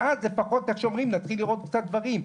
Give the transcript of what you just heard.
ואז לפחות נתחיל לראות קצת דברים.